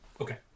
Okay